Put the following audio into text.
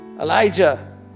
Elijah